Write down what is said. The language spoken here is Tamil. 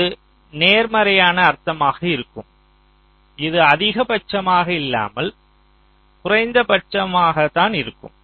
இது நேர்மறையான அர்த்தமாக இருக்கும் இது அதிகபட்சமாக இல்லாமல் குறைந்தபட்ச மதிப்பாக தான் இருக்கும்